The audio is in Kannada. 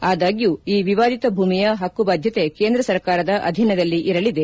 ಆದಾಗ್ಲೂ ಈ ವಿವಾದಿತ ಭೂಮಿಯ ಹಕ್ಕುಬಾಧ್ಯತೆ ಕೇಂದ್ರ ಸರ್ಕಾರದ ಅಧೀನದಲ್ಲಿ ಇರಲಿದೆ